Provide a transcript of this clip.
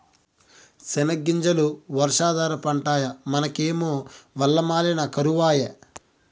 సెనగ్గింజలు వర్షాధార పంటాయె మనకేమో వల్ల మాలిన కరవాయె